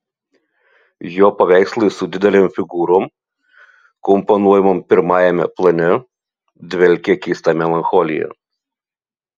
jo paveikslai su didelėm figūrom komponuojamom pirmajame plane dvelkia keista melancholija